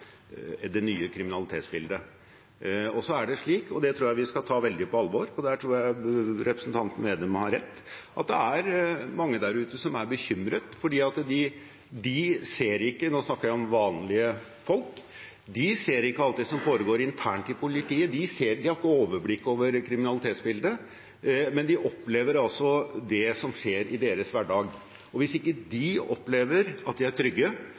det nye kriminalitetsbildet. Så er det slik – det tror jeg at vi skal ta veldig på alvor, og at representanten Slagsvold Vedum har rett i – at veldig mange der ute er bekymret, og nå snakker jeg om vanlige folk. De ser ikke alt som foregår internt i politiet, og har ikke overblikk over kriminalitetsbildet, men de opplever det som skjer i hverdagen sin. Hvis de ikke opplever at de er trygge